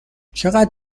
چقدر